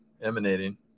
emanating